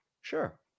Sure